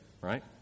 right